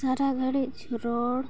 ᱥᱟᱨᱟ ᱜᱷᱟᱹᱲᱤᱡᱽ ᱨᱚᱲ